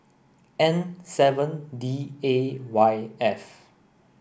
N seven D A Y F